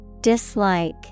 Dislike